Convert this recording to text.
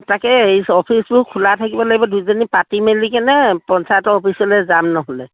তাকে এই অফিচবোৰ খোলা থাকিব লাগিব মেলি কেনে পঞ্চায়তৰ অফিচলে যাম নহ'লে